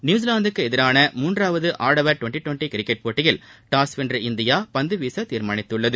நியூசிலாந்திற்கு எதிரான மூன்றாவது ஆடவா் டுவென்டி டுவென்டி கிரிக்கெட் போட்டியில் டாஸ் வென்ற இந்தியா பந்து வீச தீர்மானித்தது